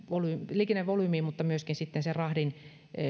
liikennevolyymiin mutta myöskin sitten sen rahdin